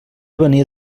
venia